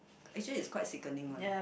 actually it's quite sickening one orh